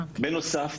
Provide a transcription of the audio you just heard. בנוסף,